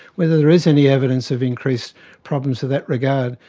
whether there is any evidence of increased problems of that regard.